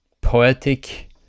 poetic